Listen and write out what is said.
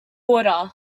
water